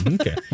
Okay